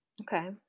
okay